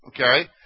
Okay